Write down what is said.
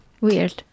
Weird